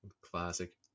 Classic